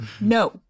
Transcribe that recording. No